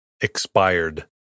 expired